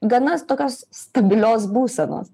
gana tokios stabilios būsenos